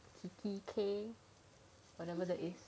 kikki K whatever that is